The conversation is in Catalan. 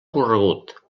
corregut